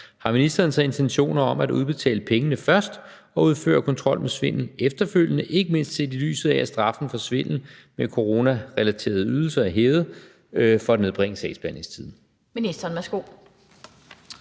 har ministeren så intentioner om at udbetale pengene først og udføre kontrol med svindel efterfølgende, ikke mindst set i lyset af at straffen for svindel med coronarelaterede ydelser er hævet, for at nedbringe sagsbehandlingstiden?